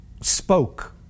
spoke